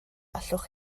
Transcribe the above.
allwch